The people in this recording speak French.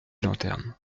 lanternes